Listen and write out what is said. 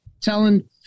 telling